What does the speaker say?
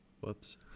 Whoops